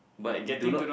but do not